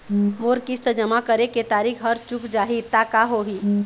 मोर किस्त जमा करे के तारीक हर चूक जाही ता का होही?